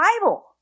Bible